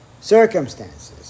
circumstances